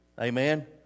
Amen